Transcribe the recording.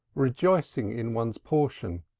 rejoicing in one's portion,